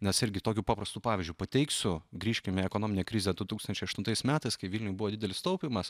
nes irgi tokiu paprastu pavyzdžiu pateiksiu grįžkime į ekonominę krizę du tūkstančiai aštunatis metais kai vilniuj buvo didelis taupymas